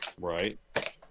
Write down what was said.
Right